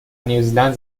نیوزلند